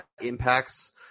impacts